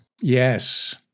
Yes